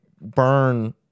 burn